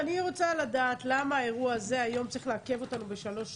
אני רוצה לדעת למה האירוע הזה היום צריך לעכב אותנו בשלוש שעות.